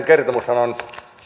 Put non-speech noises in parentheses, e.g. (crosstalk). (unintelligible) kertomushan on